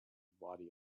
body